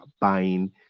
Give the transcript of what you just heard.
buying